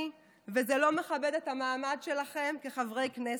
וזה לא מכבד את המעמד שלכם כחברי כנסת.